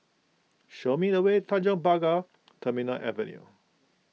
show me the way Tanjong Pagar Terminal Avenue